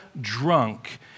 drunk